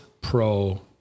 Pro